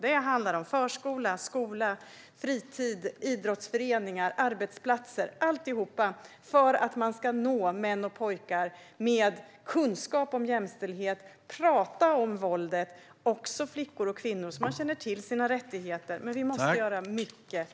Det handlar om förskola, skola, fritis, idrottsföreningar, arbetsplatser - allt för att man ska nå män och pojkar med kunskap om jämställdhet och prata om våldet och även nå flickor och kvinnor så att de känner till sina rättigheter. Men vi måste göra mycket mer.